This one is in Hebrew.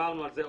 דיברנו על זה,